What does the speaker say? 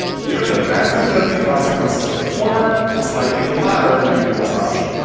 given the vast and deadly consequences of the former, it's likely the latter would be the best option.